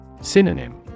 Synonym